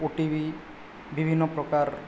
OTV ବିଭିନ୍ନ ପ୍ରକାର